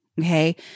Okay